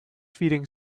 feeding